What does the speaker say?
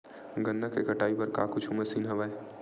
गन्ना के कटाई बर का कुछु मशीन हवय?